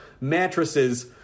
Mattresses